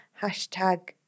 hashtag